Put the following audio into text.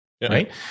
Right